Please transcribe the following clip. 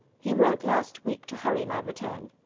he wrote last week to hurry my return.